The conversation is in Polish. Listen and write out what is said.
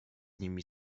nimi